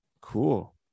Cool